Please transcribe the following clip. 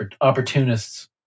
opportunists